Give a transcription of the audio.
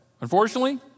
Unfortunately